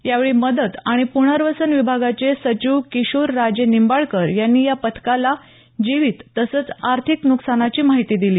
यावेळी मदत आणि पुनर्वसन विभागाचे सचिव किशोरराजे निंबाळकर यांनी या पथकाला जीवित तसंच आर्थिक नुकसानाची माहिती दिली